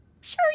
Sure